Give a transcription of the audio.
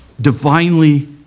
divinely